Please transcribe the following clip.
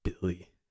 Billy